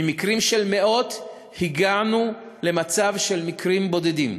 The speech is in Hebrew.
ממקרים של מאות הגענו למצב של מקרים בודדים.